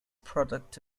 product